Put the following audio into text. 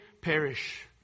Perish